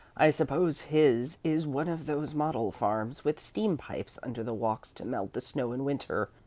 i suppose his is one of those model farms with steam-pipes under the walks to melt the snow in winter,